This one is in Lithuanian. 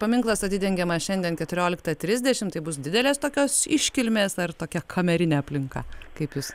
paminklas atidengiamas šiandien keturioliktą trisdešimt tai bus didelės tokios iškilmės ar tokia kamerinė aplinka kaip jūs